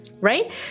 right